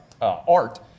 art